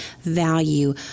value